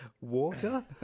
Water